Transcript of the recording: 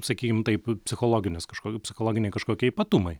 sakykim taip psichologinės kažkok psichologiniai kažkokie ypatumai